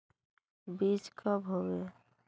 बीज कब होबे?